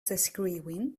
screwing